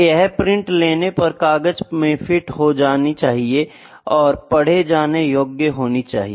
यह प्रिंट लेने पर कागज़ में फिट हो जनि चाहिए और पढ़े जाने योग्य होनी चाहिए